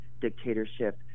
dictatorship